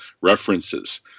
references